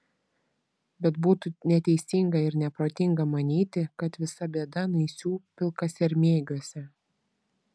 bet būtų neteisinga ir neprotinga manyti kad visa bėda naisių pilkasermėgiuose